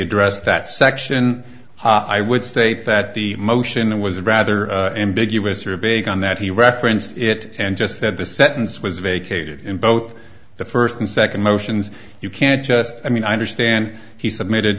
addressed that section i would state that the motion was rather ambiguous or big on that he referenced it and just said the sentence was vacated in both the first and second motions you can't just i mean i understand he submitted